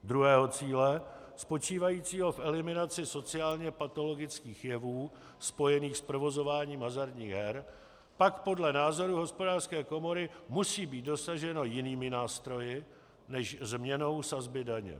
Druhého cíle, spočívajícího v eliminaci sociálněpatologických jevů spojených s provozováním hazardních her, pak podle názoru Hospodářské komory musí být dosaženo jinými nástroji než změnou sazby daně.